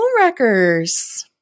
homewreckers